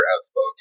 outspoken